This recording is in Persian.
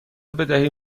بدهید